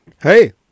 Hey